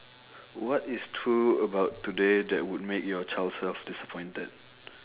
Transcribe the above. what is true about today that would make your child self disappointed